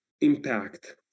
impact